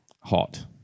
hot